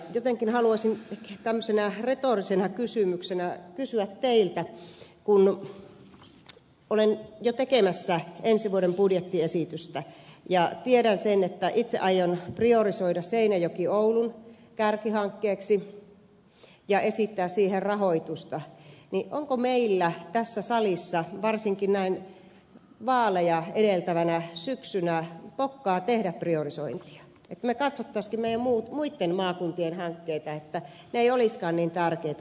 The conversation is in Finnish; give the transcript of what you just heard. jotenkin haluaisin tämmöisenä retorisena kysymyksenä kysyä teiltä kun olen jo tekemässä ensi vuoden budjettiesitystä ja tiedän sen että itse aion priorisoida seinäjokioulun kärkihankkeeksi ja esittää siihen rahoitusta onko meillä tässä salissa varsinkin näin vaaleja edeltävänä syksynä pokkaa tehdä priorisointeja että me katsoisimmekin muitten maakuntien hankkeita että ne eivät olisikaan niin tärkeitä kuin seinäjokioulu